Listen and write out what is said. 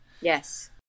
Yes